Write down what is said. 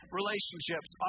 relationships